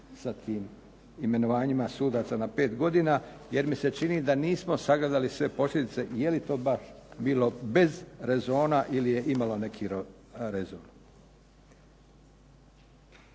sa tim imenovanjima sudaca na pet godina jer mi se čini da nismo sagledali sve posljedice i je li to baš bilo bez rezona ili je imalo neki rezon.